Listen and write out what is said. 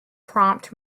prompt